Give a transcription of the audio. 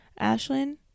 Ashlyn